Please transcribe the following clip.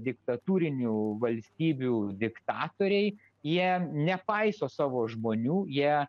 diktatūrinių valstybių diktatoriai jie nepaiso savo žmonių jie